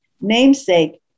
namesake